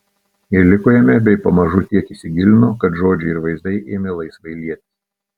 ir liko jame bei pamažu tiek įsigilino kad žodžiai ir vaizdai ėmė laisvai lietis